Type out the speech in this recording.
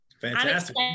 Fantastic